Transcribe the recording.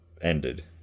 ended